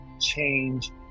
change